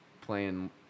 playing